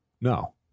no